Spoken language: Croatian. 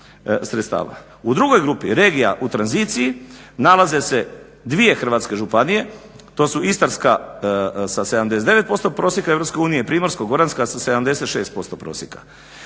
U drugoj grupi regija u tranziciji nalaze se dvije hrvatske županije, to su Istarska sa 79% prosjeka Europske unije i Primorsko-goranska sa 76% prosjeka,